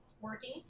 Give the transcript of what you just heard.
Working